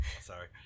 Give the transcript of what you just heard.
sorry